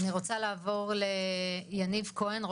אני רוצה לעבור ליניב כהן,